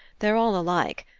they're all alike.